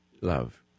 love